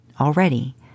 Already